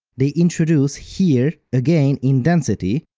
they introduce here a gain in density,